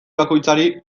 bakoitzari